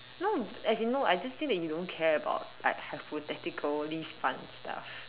no as in no I just say that you don't care about like hypothetically fun stuff